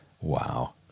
Wow